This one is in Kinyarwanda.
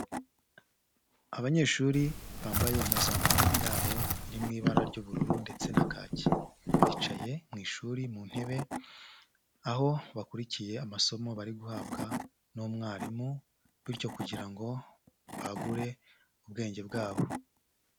Abanyeshuri bambaye impuzankano yabo iri mu ibara ry'ubururu ndetse na kaki. Bicaye mu ishuri mu ntebe aho bakurikiye amasomo bari guhabwa n'umwarimu bityo kugira ngo bagure ubwenge bwabo.